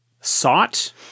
sought